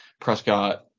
Prescott